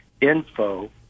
info